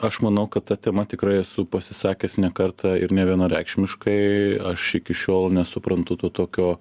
aš manau kad ta tema tikrai esu pasisakęs ne kartą ir nevienareikšmiškai aš iki šiol nesuprantu to tokio